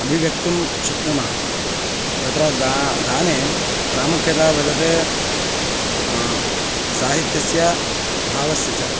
अभिव्यक्तुं शक्नुमः तत्र गा गाने प्रामुख्यता भजते साहित्यस्य भावस्य च